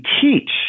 teach